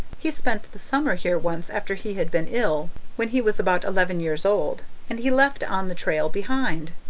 he spent the summer here once after he had been ill, when he was about eleven years old and he left on the trail behind.